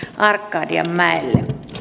arkadianmäelle